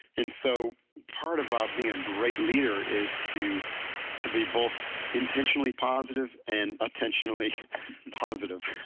and so, part of um being a great leader is to to be both intentionally positive and attentionally positive.